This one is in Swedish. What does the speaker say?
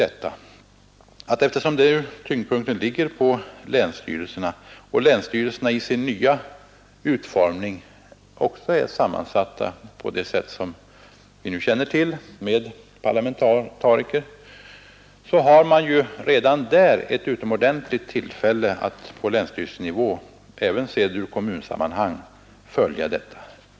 Eftersom tyngdpunkten ligger på länsstyrelserna och dessa i sin nya utformning också är sammansatta med parlamentariker, har man ett utomordentligt tillfälle att redan på länstyrelsenivå följa detta även ur kommunernas synpunkt.